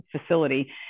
facility